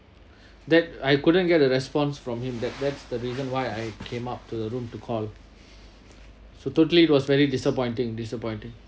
that I couldn't get the response from him that that's the reason why I came up to the room to call so totally it was really disappointing disappointing